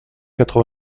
quatre